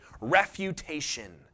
refutation